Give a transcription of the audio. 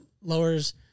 lowers